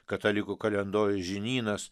katalikų kalendorius žinynas